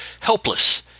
helpless